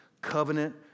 covenant